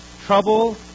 trouble